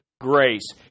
grace